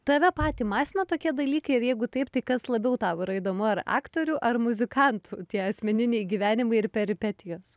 tave patį masina tokie dalykai ir jeigu taip tai kas labiau tau yra įdomu ar aktorių ar muzikantų tie asmeniniai gyvenimai ir peripetijos